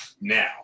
now